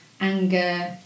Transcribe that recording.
Anger